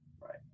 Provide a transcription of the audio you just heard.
Right